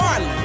One